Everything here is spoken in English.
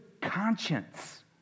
conscience